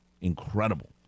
Incredible